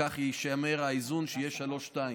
כך יישמר האיזון, שיהיה 2:3,